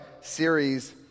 series